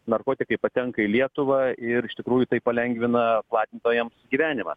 narkotikai patenka į lietuvą ir iš tikrųjų tai palengvina platintojams gyvenimą